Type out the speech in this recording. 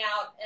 out